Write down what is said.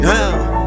Now